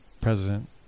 president